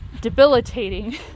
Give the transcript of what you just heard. debilitating